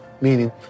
meaning